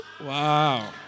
Wow